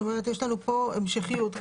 יש לנו כאן המשכיות,